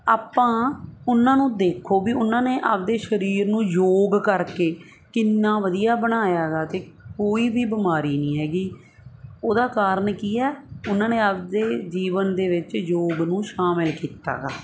ਆਪਾਂ ਉਹਨਾਂ ਨੂੰ ਦੇਖੋ ਵੀ ਉਹਨਾਂ ਨੇ ਆਪਣੇ ਸਰੀਰ ਨੂੰ ਯੋਗ ਕਰਕੇ ਕਿੰਨਾ ਵਧੀਆ ਬਣਾਇਆ ਗਾ ਅਤੇ ਕੋਈ ਵੀ ਬਿਮਾਰੀ ਨਹੀਂ ਹੈਗੀ ਉਹਦਾ ਕਾਰਨ ਕੀ ਹੈ ਉਹਨਾਂ ਨੇ ਆਪਣੇ ਜੀਵਨ ਦੇ ਵਿੱਚ ਯੋਗ ਨੂੰ ਸ਼ਾਮਲ ਕੀਤਾ ਗਾ